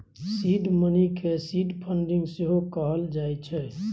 seed money केँ seed funding सेहो कहल जाइ छै